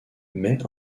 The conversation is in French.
mais